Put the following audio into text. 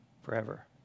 forever